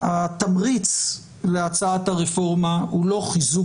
התמריץ להצעת הרפורמה הוא לא חיזוק